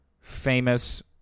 famous